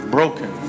Broken